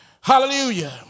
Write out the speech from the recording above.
Hallelujah